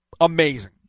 amazing